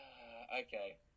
Okay